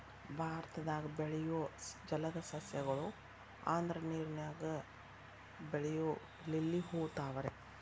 ಭಾರತದಾಗ ಬೆಳಿಯು ಜಲದ ಸಸ್ಯ ಗಳು ಅಂದ್ರ ನೇರಿನಾಗ ಬೆಳಿಯು ಲಿಲ್ಲಿ ಹೂ, ತಾವರೆ